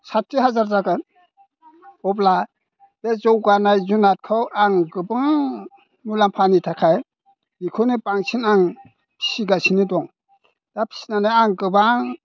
साथि हाजार जागोन अब्ला बे जौगानाय जुनादखौ आं गोबां मुलाम्फानि थाखाय बेखौनो बांसिन आं फिसिगासिनो दं दा फिसिनानै आं गोबां